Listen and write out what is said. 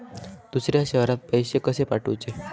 दुसऱ्या शहरात पैसे कसे पाठवूचे?